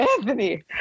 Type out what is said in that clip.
Anthony